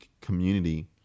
community